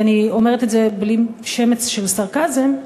ואני אומרת את זה בלי שמץ של סרקזם,